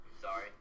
Sorry